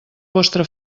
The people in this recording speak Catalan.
vostra